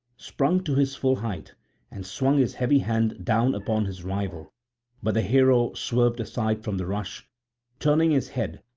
sprung to his full height and swung his heavy hand down upon his rival but the hero swerved aside from the rush turning his head,